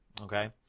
okay